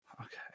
Okay